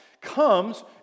comes